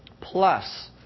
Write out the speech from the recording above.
plus